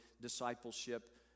discipleship